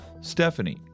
Stephanie